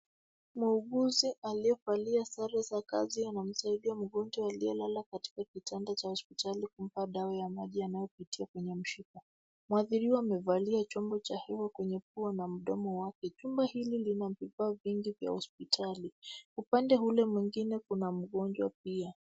Muuguzi aliyevalia sare za kazi anamsaidia mgonjwa aliyelala katika kitanda cha hospitali, kumpa dawa ya maji yanayopitia kwenye mshipa. Mhadhiriwa amevalia chombo cha hewa kwenye pua na mdomo wake. Chumba hili lina vifaa vingi vya hospitali. Upande ule mwingine kuna mgonjwa pia.